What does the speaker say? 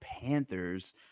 Panthers